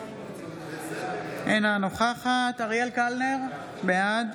אינה נוכחת אריאל קלנר, בעד